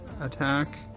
attack